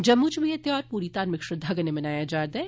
जम्मू च बी एह् घ्यार पूरी घार्मिक श्रद्वा कन्नै मनाया जा'रदा ऐ